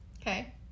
Okay